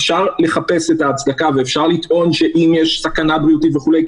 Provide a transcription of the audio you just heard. אפשר לחפש הצדקה ואפשר לטעון שאם יש סכנה בריאותית וכולי,